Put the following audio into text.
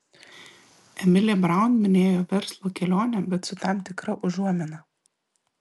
emilė braun minėjo verslo kelionę bet su tam tikra užuomina